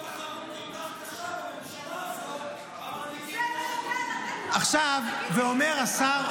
כל כך קשה בממשלה הזאת ------ ואומר השר,